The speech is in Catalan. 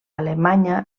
alemanya